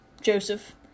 Joseph